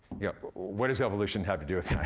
yeah what does evolution have to do with